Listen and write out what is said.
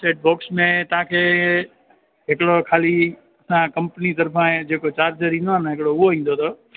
सेठ बॉक्स में तव्हांखे हिकिड़ो खाली तव्हां कम्पनी तर्फ़ां ऐं जेको चार्जर ईंदो आहे न हिकिड़ो उहो ईंदो अथव